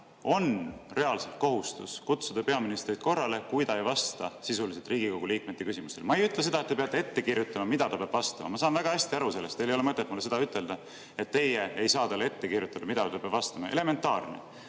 on reaalselt kohustus kutsuda peaministrit korrale, kui ta ei vasta sisuliselt Riigikogu liikmete küsimustele? Ma ei ütle seda, et te peate ette kirjutama, mida ta peab vastama. Ma saan väga hästi aru sellest, teil ei ole mõtet mulle ütelda, et teie ei saa talle ette kirjutada, mida ta peab vastama – elementaarne.